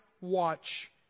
watch